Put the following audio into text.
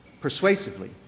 persuasively